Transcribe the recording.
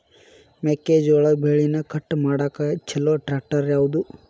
ಮೆಕ್ಕೆ ಜೋಳ ಬೆಳಿನ ಕಟ್ ಮಾಡಾಕ್ ಛಲೋ ಟ್ರ್ಯಾಕ್ಟರ್ ಯಾವ್ದು?